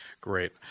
Great